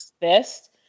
best